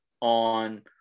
on